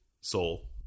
soul